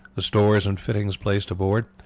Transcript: the stores and fittings placed aboard,